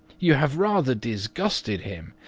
you have rather disgusted him,